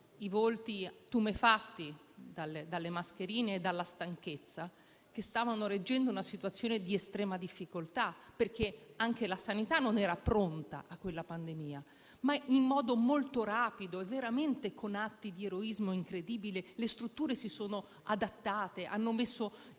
vedevamo tumefatti dalle mascherine e dalla stanchezza, stavano reggendo una situazione di estrema difficoltà, perché neanche la sanità era pronta a quella pandemia; in modo molto rapido, però, e con atti di eroismo veramente incredibile, le strutture si sono adattate e hanno messo